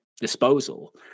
disposal